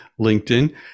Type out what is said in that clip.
LinkedIn